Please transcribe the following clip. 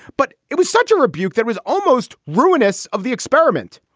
but it was such a rebuke that was almost ruinous of the experiment.